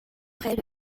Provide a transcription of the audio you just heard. près